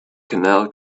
canal